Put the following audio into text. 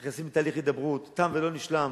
נכנסים לתהליך הידברות, תם ולא נשלם.